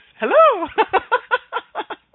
Hello